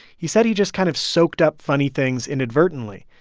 he said he just kind of soaked up funny things inadvertently.